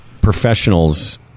professionals